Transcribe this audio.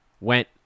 went